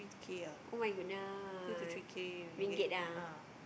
[oh]-my-goodness ringgit ah